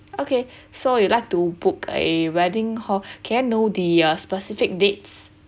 okay so you like to book a wedding hall can know the uh specific dates